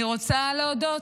אני רוצה להודות: